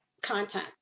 content